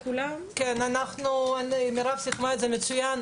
מירב סיכמה מצוין.